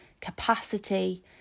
capacity